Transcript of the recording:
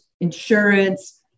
insurance